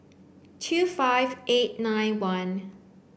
two five eight nine one